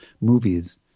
movies